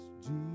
Jesus